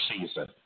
season